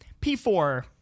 P4